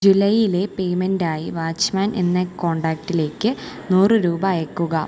ജൂലൈയിലെ payment ആയി watchman എന്ന കോണ്ടാക്ടിലേക്ക് നൂറ് രൂപ അയക്കുക